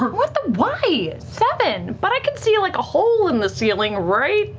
what the why? seven, but i can see like a hole in the ceiling, right?